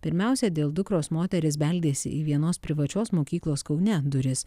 pirmiausia dėl dukros moteris beldėsi į vienos privačios mokyklos kaune duris